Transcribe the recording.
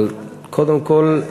אבל קודם כול,